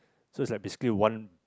so it's like basically one